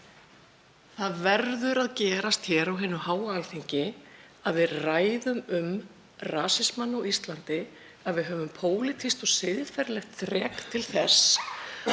Það verður að gerast hér á hinu háa Alþingi að við ræðum um rasismann á Íslandi, að við höfum pólitískt og siðferðilegt þrek til þess